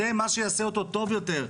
זה מה שיעשה אותו טוב יותר.